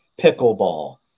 Pickleball